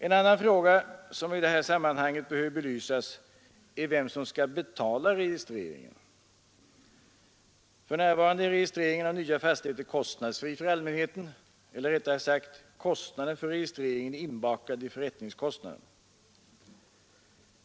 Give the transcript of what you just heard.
En annan fråga som i detta sammanhang behöver belysas är vem som skall betala registreringen. För närvarande är registreringen av nya fastigheter kostnadsfri för allmänheten eller, rättare sagt, kostnaden för registreringen är inbakad i förrättningskostnaden.